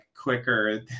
quicker